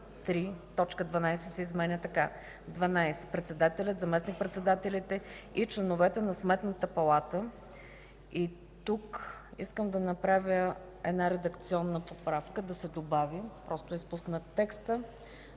чл. 3 т. 12 се изменя така: „12. председателят, заместник-председателите и членовете на Сметната палата;”. Тук искам да направя една редакционна поправка да се добави изпуснат текст: